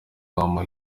wamuha